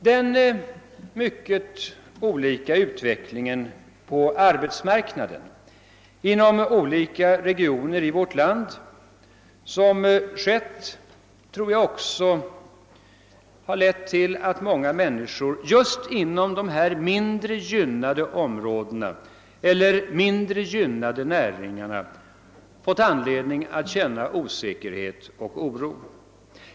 Den mycket olika utveckling på arbetsmarknaden inom olika regioner i vårt land som ägt rum har också, tror jag, lett till att många människor just inom de mindre gynnade områdena eller mindre gynnade näringarna fått anledning att känna osäkerhet och oro.